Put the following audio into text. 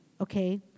okay